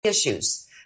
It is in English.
Issues